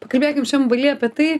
pakalbėkim šiam baly apie tai